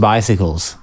Bicycles